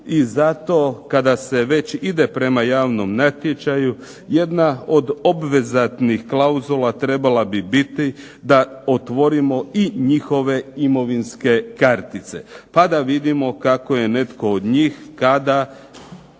i zato kada se već ide prema javnom natječaju jedna od obveznih klauzula trebala bi biti da otvorimo i njihove imovinske kartice pa da vidimo kako je netko od njih, kada